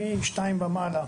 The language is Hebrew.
שמשניים ומעלה,